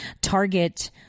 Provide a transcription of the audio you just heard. target